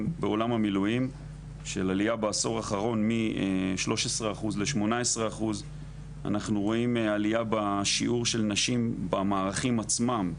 בעולם המילואים של עלייה בעשור האחרון מ-13% ל 18%. אנחנו רואים את העלייה בשיעור של נשים במערכים עצמם.